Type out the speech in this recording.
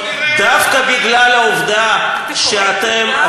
דווקא בגלל העובדה שאתם,